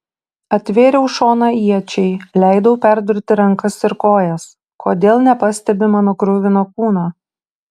atvėriau šoną iečiai leidau perdurti rankas ir kojas kodėl nepastebi mano kruvino kūno